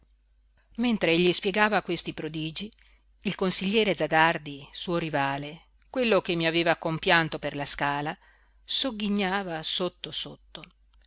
volte mentr'egli spiegava questi prodigi il consigliere zagardi suo rivale quello che mi aveva compianto per la scala sogghignava sotto sotto